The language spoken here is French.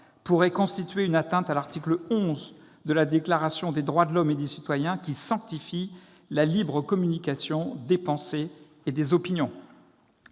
pourrait constituer une atteinte à l'article XI de la Déclaration des droits de l'homme et du citoyen, qui sanctifie « la libre communication des pensées et des opinions